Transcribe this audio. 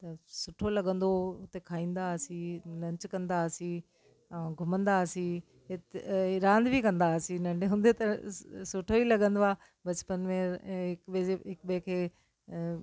त सुठो लॻंदो हुओ हुते खाईंदा हुआसीं लंच कंदा हुआसीं ऐं घुमंदा हुआसीं रांध बि कंदा हुआसीं नंढे हूंदे त सुठो ई लॻंदो आहे बचपन में हिकु ॿिए खे